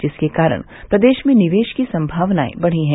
जिसके कारण प्रदेश में निवेश की संभावनाए बढ़ी है